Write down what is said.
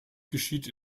geschieht